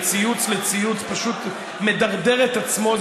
מציוץ לציוץ פשוט מדרדר את עצמו.